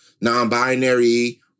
non-binary